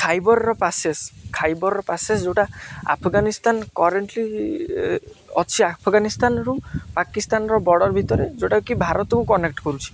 ଖାଇବରର passes ଖାଇବରର passes ଯେଉଁଟା Afghanistan currently ଅଛି ଆଫଗାନିସ୍ତାନରୁ ପାକିସ୍ତାନର ବର୍ଡ଼ର ଭିତରେ ଯେଉଁଟାକି ଭାରତକୁ କନେକ୍ଟ କରୁଛି